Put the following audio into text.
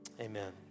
amen